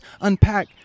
unpack